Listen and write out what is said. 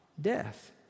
death